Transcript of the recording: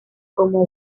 como